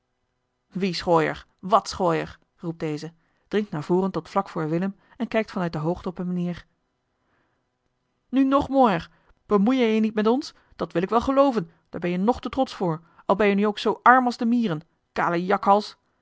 wie schooier wat schooier roept deze dringt naar voren tot vlak voor willem en kijkt van uit de hoogte op hem neer nu nog mooier bemoei jij je niet met ons dat wil ik wel gelooven daar ben je nog te trotsch voor al ben je nu ook zoo arm als de mieren kale jakhals